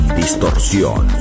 distorsión